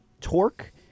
torque